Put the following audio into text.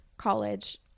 college